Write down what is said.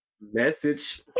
Message